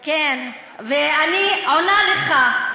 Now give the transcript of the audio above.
כן, ואני עונה לך.